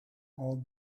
all